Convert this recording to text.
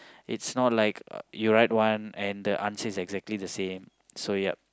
it's not like uh you write one and the answer is exactly the same so yup